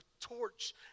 torch